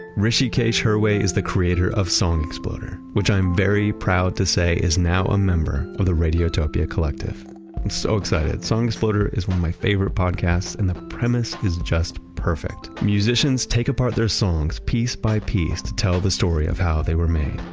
hrishikesh hirway is the creator of song exploder, which i am very proud to say is now a member of the radiotopia collective. i'm so excited. song exploder is one of my favorite podcasts, and the premise is just perfect. musicians take apart their songs piece-by-piece to tell the story of how they were made.